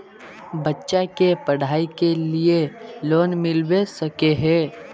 बच्चा के पढाई के लिए लोन मिलबे सके है?